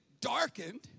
darkened